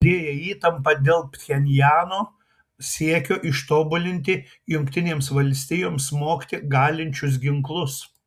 didėja įtampa dėl pchenjano siekio ištobulinti jungtinėms valstijoms smogti galinčius ginklus